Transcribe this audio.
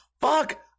fuck